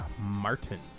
Martin